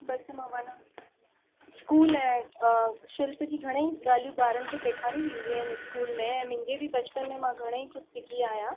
बस मां वञा स्कूल ऐं शिल्प जी घणेई ॻाल्हियूं ॿारनि खे सेखारी वेंदियूं आहिनि स्कूल में ऐं मुंहिंजे बि बचपन में मां घणेईं कुझु सिखी आहियां